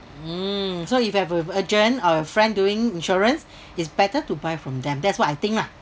mm so if you have a agent or have a friend doing insurance is better to buy from them that's what I think lah